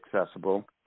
accessible